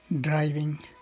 Driving